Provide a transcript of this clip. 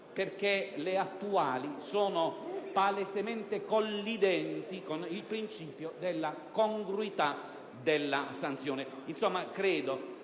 formali (le attuali sono palesemente collidenti con il principio della congruità della sanzione). Insomma, signor